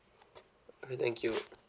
okay thank you